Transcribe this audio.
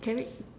can we